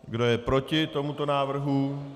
Kdo je proti tomuto návrhu?